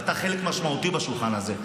ואתה חלק משמעותי בשולחן הזה.